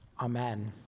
amen